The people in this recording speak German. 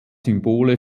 symbole